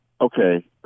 Okay